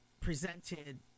presented